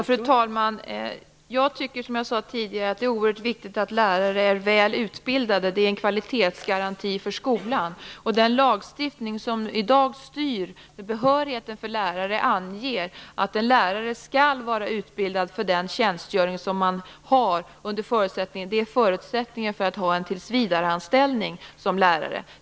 Fru talman! Jag tycker att det är oerhört viktigt att lärare är väl utbildade. Det är en kvalitetsgaranti för skolan. Den lagstiftning som i dag styr behörigheten för lärare anger att en lärare skall vara utbildad för den tjänstgöring som han eller hon har. Det är förutsättningen för att ha en tillvidareanställning som lärare.